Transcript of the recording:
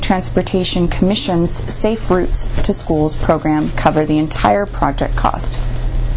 transportation commission's safe routes to schools program cover the entire project cost